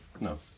No